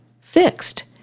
fixed